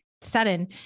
sudden